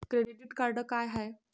Credit card का हाय?